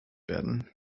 werden